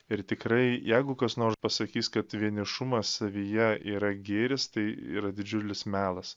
ir tikrai jeigu kas nors pasakys kad vienišumas savyje yra gėris tai yra didžiulis melas